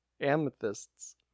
Amethysts